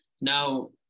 Now